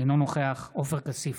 אינו נוכח עופר כסיף,